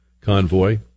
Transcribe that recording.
convoy